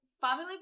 family